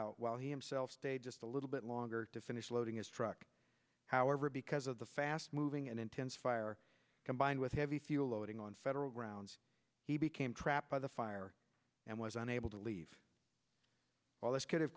out while he himself stayed just a little bit longer to finish loading his truck however because of the fast moving and intense fire combined with heavy fuel loading on federal grounds he became trapped by the fire and was unable to leave all this